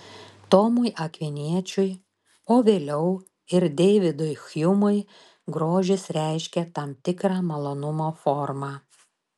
tomui akviniečiui o vėliau ir deividui hjumui grožis reiškė tam tikrą malonumo formą